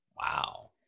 Wow